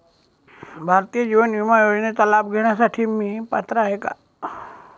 भारतीय जीवन विमा योजनेचा लाभ घेण्यासाठी मी पात्र आहे का?